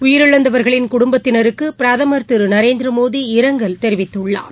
உயிரிழந்தவர்களின் குடும்பத்தினருக்கு பிரதமர் திரு நரேந்திரமோடி இரங்கல் தெரிவித்துள்ளார்